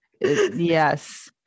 Yes